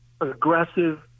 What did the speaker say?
aggressive